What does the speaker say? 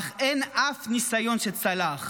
אך אין אף ניסיון שצלח.